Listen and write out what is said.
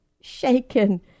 shaken